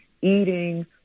eating